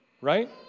Right